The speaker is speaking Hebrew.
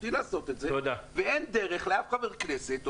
זכותי לעשות את זה ואין דרך לאף חבר כנסת,